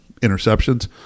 interceptions